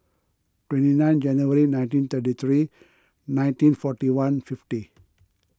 twenty nine January nineteen thirty three nineteen forty one fifty